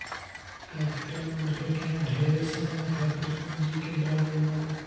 capital market में ढेरे समय खातिर पूंजी के डालल जाला